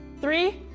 three,